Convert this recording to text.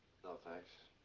no, thanks.